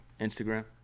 Instagram